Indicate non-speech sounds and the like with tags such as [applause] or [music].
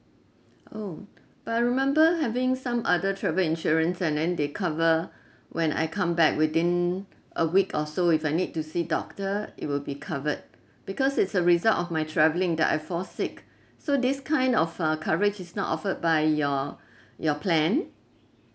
oh but I remember having some other travel insurance and then they cover when I come back within a week or so if I need to see doctor it will be covered because it's a result of my travelling that I fall sick so this kind of uh coverage is not offered by your [breath] your plan